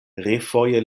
refoje